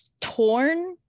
torn